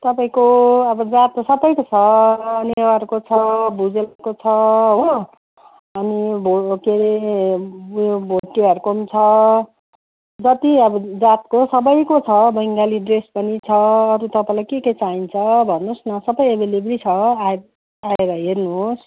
तपाईँको अब जात त सबैको छ नेवारको छ भुजेलको छ हो अनि भोटे उयो भोटेहरूको पनि छ जति अब जातको सबैको छ बेङ्गाली ड्रेस पनि छ अरू तपाईँलाई के के चाहिन्छ भन्नुहोस् न सबै एभाइलेबल छ आइ आएर हेर्नुहोस्